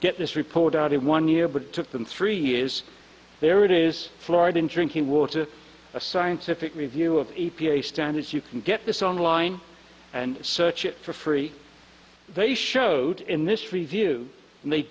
get this report out in one year but it took them three is there it is florida drinking water a scientific review of e p a standards you can get this online and search it for free they showed in this review and they